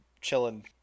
chilling